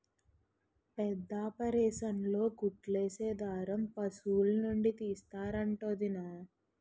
పెద్దాపరేసన్లో కుట్లేసే దారం పశులనుండి తీస్తరంట వొదినా